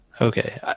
Okay